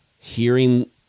hearing